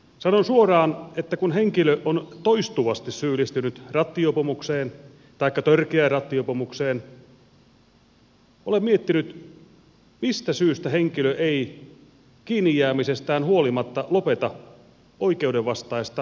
sanon suoraan että kun henkilö on toistuvasti syyllistynyt rattijuopumukseen taikka törkeään rattijuopumukseen olen miettinyt mistä syystä henkilö ei kiinni jäämisestään huolimatta lopeta oikeudenvastaista toimintaansa